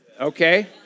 Okay